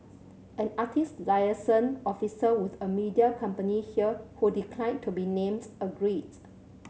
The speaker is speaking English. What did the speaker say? an artist liaison officer with a media company here who declined to be named agreed